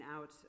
out